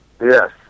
Yes